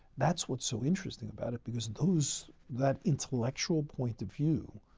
that's what's so interesting about it because those that intellectual point of view,